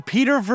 Peter